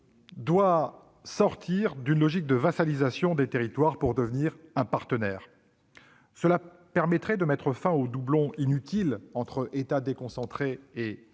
doit sortir d'une logique de vassalisation des territoires pour devenir leur partenaire, ce qui permettra de mettre fin aux doublons inutiles entre État déconcentré et